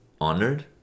honored